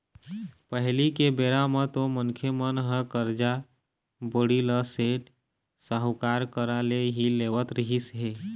पहिली के बेरा म तो मनखे मन ह करजा, बोड़ी ल सेठ, साहूकार करा ले ही लेवत रिहिस हे